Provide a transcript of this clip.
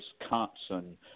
Wisconsin